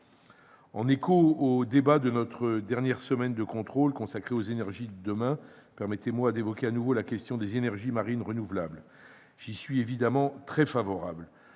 En écho au débat de notre dernière semaine de contrôle consacré aux énergies de demain, permettez-moi d'évoquer à nouveau la question des énergies marines renouvelables. J'y suis, évidemment, très favorable.